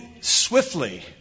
swiftly